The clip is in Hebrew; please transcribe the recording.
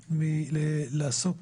אנשים מלהיות